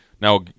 Now